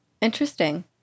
Interesting